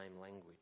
language